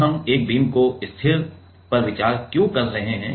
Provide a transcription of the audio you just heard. अब हम एक बीम को स्थिर पर विचार क्यों कर रहे हैं